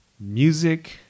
music